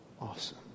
Awesome